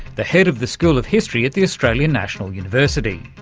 the head of the school of history at the australian national university.